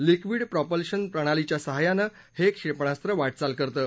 liquid propulsion प्रणालीच्या साहाय्यानं हे क्षेपणास्त्र वाटचाल करतं